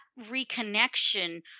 reconnection